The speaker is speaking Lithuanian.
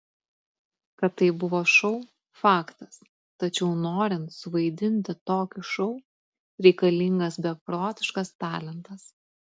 kad tai buvo šou faktas tačiau norint suvaidinti tokį šou reikalingas beprotiškas talentas